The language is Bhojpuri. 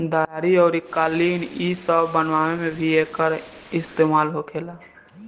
दरी अउरी कालीन इ सब बनावे मे भी एकर इस्तेमाल होखेला